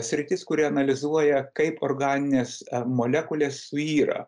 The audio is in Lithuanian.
sritis kuri analizuoja kaip organinės molekulės suyra